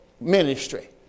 ministry